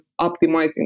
optimizing